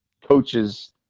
coaches